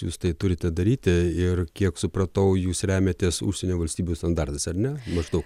jūs tai turite daryti ir kiek supratau jūs remiatės užsienio valstybių standartais ar ne maždaug